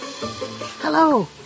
Hello